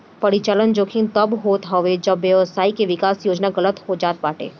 परिचलन जोखिम तब होत हवे जब व्यवसाय के विकास योजना गलत हो जात बाटे